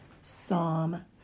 Psalm